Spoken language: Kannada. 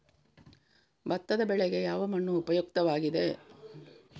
ಭತ್ತದ ಬೆಳೆಗೆ ಯಾವ ಮಣ್ಣು ಉಪಯುಕ್ತವಾಗಿದೆ?